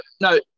No